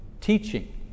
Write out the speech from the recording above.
teaching